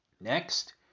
next